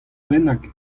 bennak